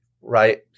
right